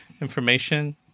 information